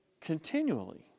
continually